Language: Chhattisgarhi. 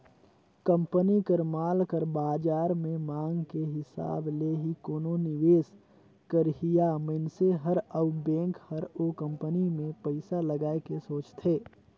कंपनी कर माल कर बाजार में मांग के हिसाब ले ही कोनो निवेस करइया मनइसे हर अउ बेंक हर ओ कंपनी में पइसा लगाए के सोंचथे